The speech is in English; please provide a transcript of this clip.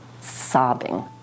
sobbing